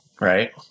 Right